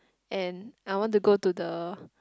and I want to go to the